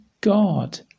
God